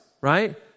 right